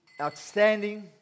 outstanding